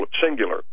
singular